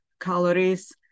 calories